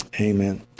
Amen